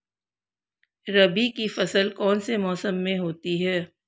रबी की फसल कौन से मौसम में होती है?